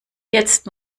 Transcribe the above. jetzt